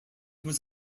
was